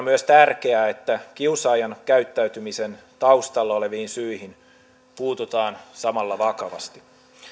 myös tärkeää että kiusaajan käyttäytymisen taustalla oleviin syihin puututaan samalla vakavasti